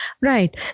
right